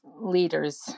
leaders